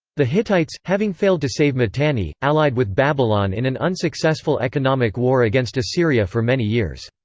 the hittites, having failed to save mitanni, allied with babylon in an unsuccessful economic war against assyria for many years.